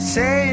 Say